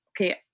okay